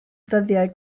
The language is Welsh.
dyddiau